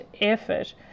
effort